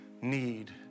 Need